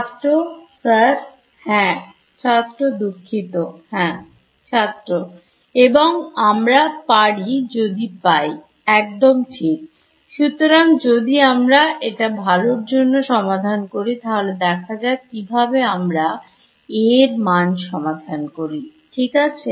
ছাত্র Sir হ্যাঁ ছাত্র দুঃখিত হ্যাঁ ছাত্র এবং আমরা পারি যদি পাই একদম ঠিক সুতরাং যদি আমরা এটা ভালোর জন্য সমাধান করি তাহলে দেখা যাক কিভাবে আমরা A এর মান সমাধান করি ঠিক আছে